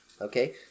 Okay